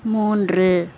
மூன்று